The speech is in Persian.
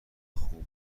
خوب